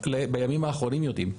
בימים האחרונים יודעים,